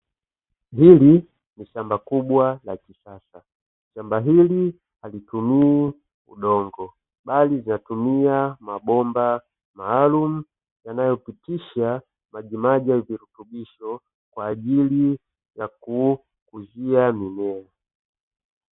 Hili ni shamba kubwa la kisasa, shamba hili halitumii udongo, bali linatumia mabomba maalumu yanayopitisha majimaji ya virutubisho, kwa ajili ya kukuzia mimea.